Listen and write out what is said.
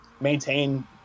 maintain